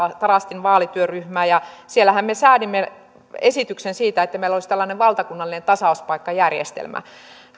tarastin vaalityöryhmää siellähän me säädimme esityksen siitä että meillä olisi tällainen valtakunnallinen tasauspaikkajärjestelmä